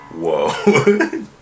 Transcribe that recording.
Whoa